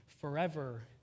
forever